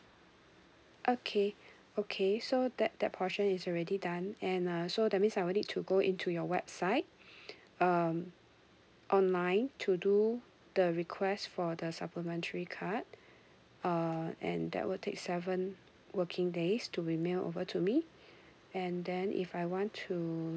okay okay so that that portion is already done and uh so that means I will need to go into your website um online to do the request for the supplementary card uh and that will take seven working days to re-mail over to me and then if I want to